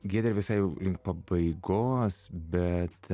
giedre visai link pabaigos bet